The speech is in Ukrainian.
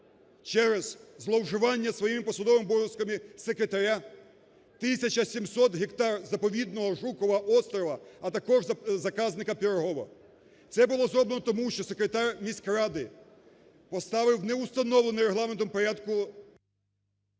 через зловживання своїми посадовими обов'язками секретаря 1700 гектарів заповідного Жукова острова, а також заказника "Пирогово". Це було зроблено тому, що секретар міськради поставив в неустановлений регламентом порядку…